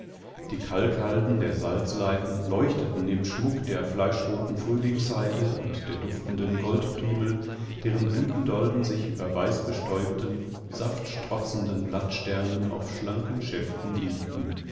die kalkhalden der salzleiten leuchteten im schmuck der fleischroten frühlingsheide und der duftenden goldprimel deren blütendolden sich über weißbestäubten saftstrotzenden blattsternen auf schlanken schäften wiegten